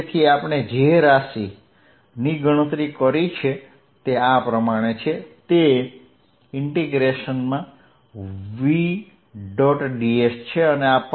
તેથી આપણે જે રાશિ ની ગણતરી કરી છે તે આ પ્રમાણે છે તે v